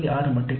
6 மட்டுமே